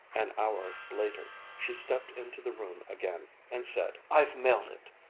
an hour later, she stepped into the room again and said, i've mailed it.